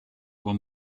one